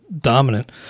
dominant